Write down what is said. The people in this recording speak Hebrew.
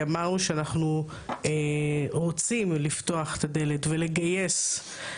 ואמרנו שאנחנו רוצים לפתוח את הדלת ולגייס,